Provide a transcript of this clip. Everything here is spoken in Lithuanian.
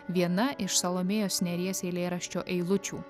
viena iš salomėjos nėries eilėraščio eilučių